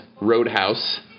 Roadhouse